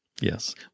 Yes